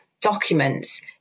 documents